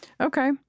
Okay